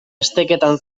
esteketan